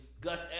Gus